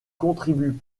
contribue